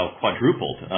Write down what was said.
quadrupled